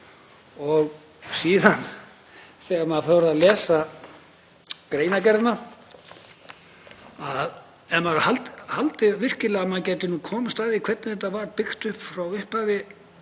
Síðan þegar maður fór að lesa greinargerðina — ef maður hafði haldið virkilega að maður gæti nú komist að því hvernig þetta var byggt upp frá upphafi,